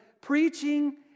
preaching